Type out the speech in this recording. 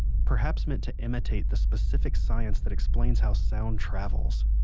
perhaps meant to imitate the specific science that explains how sound travels,